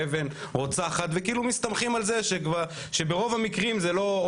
שאבן רוצחת וכאילו מסמכים על זה שברוב המקרים זה לא,